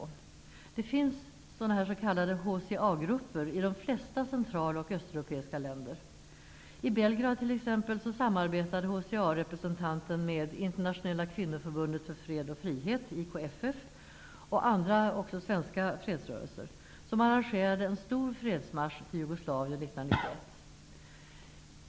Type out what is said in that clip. Det finns HCA-grupper i de flesta central och östeuropeiska länder. I t.ex. IKFF, och med andra -- också svenska -- fredsrörelser som arrangerade en stor fredsmarsch till Jugoslavien 1991.